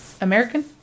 American